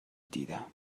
دیدم